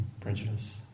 prejudice